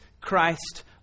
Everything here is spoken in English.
Christ